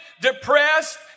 depressed